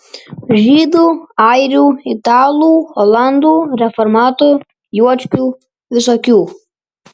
žydų airių italų olandų reformatų juočkių visokių